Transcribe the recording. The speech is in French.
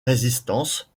résistance